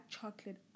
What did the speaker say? chocolate